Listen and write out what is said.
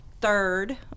third